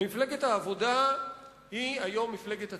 ומפלגת העבודה היא היום מפלגת הצביעות,